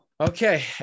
Okay